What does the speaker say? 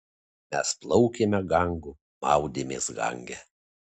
mes plaukėme gangu maudėmės gange